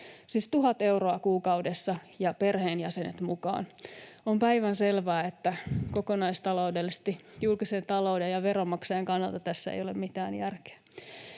siis 1 000 euroa kuukaudessa ja perheenjäsenet mukaan. On päivänselvää, että kokonaistaloudellisesti julkisen talouden ja veronmaksajien kannalta tässä ei ole mitään järkeä.